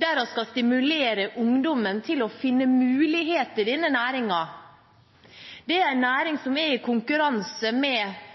der vi skal stimulere ungdommen til å finne muligheter i denne næringen. Det er en næring som er i konkurranse med